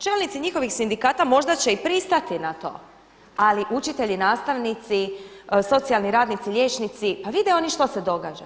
Čelnici njihovih sindikata možda će i pristati na to, ali učitelji, nastavnici, socijalni radnici, liječnici, pa vide oni što se događa.